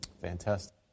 Fantastic